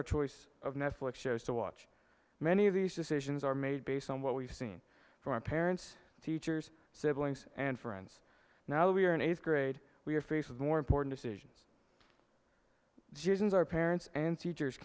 our choice of netflix shows to watch many of these decisions are made based on what we've seen from our parents teachers siblings and friends now we are in eighth grade we are faced with more important decisions jayson's our parents and teachers